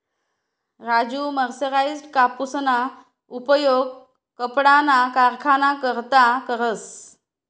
Raju mercerised कापूसना उपयोग कपडाना कारखाना करता करस